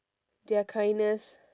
their kindness